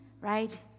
right